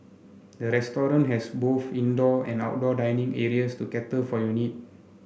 the restaurant has both indoor and outdoor dining areas to cater for your need